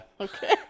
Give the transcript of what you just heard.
okay